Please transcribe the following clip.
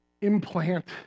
implant